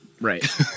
Right